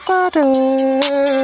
Father